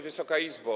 Wysoka Izbo!